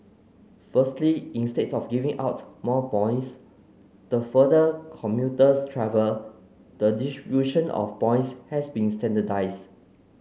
firstly instead of giving out more points the further commuters travel the distribution of points has been standardised